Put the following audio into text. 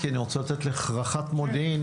כי אני רוצה לתת לרח"ט מודיעין.